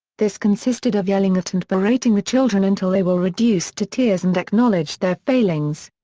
this consisted of yelling at and berating the children until they were reduced to tears and acknowledged their failings.